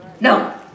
No